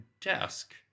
desk